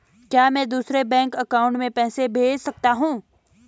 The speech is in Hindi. क्या मैं दूसरे बैंक अकाउंट में पैसे भेज सकता हूँ?